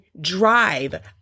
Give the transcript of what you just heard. drive